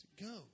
go